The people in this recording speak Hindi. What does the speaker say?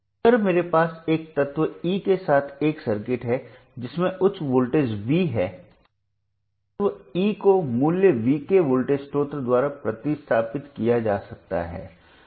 अगर मेरे पास एक तत्व E के साथ एक सर्किट है जिसमें उच्च वोल्टेज वी है तत्व E को मूल्य V के वोल्टेज स्रोत द्वारा प्रतिस्थापित किया जा सकता है